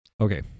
Okay